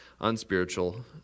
unspiritual